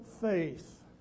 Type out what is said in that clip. faith